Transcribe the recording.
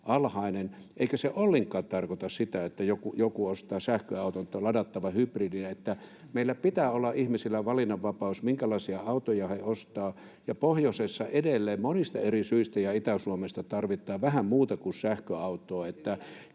Eikä se ollenkaan tarkoita sitä, että joku ostaa sähköauton tai ladattavan hybridin, vaan meillä pitää olla ihmisillä valinnanvapaus siinä, minkälaisia autoja he ostavat. Ja pohjoisessa ja Itä-Suomessa edelleen monista eri syistä tarvitaan vähän muuta kuin sähköautoa,